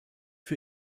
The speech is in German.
für